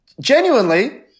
genuinely